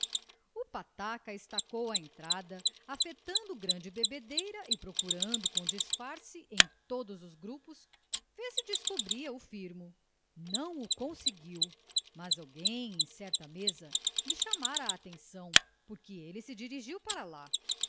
o pataca estacou a entrada afetando grande bebedeira e procurando com disfarce em todos os grupos ver se descobria o firmo não o conseguiu mas alguém em certa mesa lhe chamara a atenção porque ele se dirigiu para lá